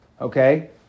Okay